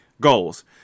Goals